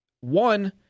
one